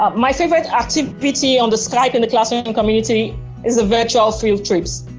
um my favorite activity on the skype in the classroom and community is the virtual field trips,